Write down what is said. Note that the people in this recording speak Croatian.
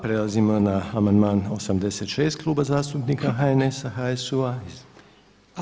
Prelazimo na amandman 86 Kluba zastupnika HNS-a, HSU a.